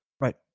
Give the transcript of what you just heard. Right